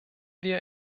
wir